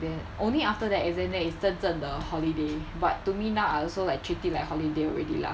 then only after that the exam then is 真正的 holiday but to me now I also like treat it like holiday already lah